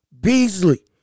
Beasley